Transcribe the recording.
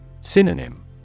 Synonym